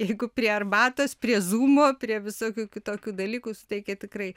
jeigu prie arbatos prie zūmo prie visokių kitokių dalykų suteikia tikrai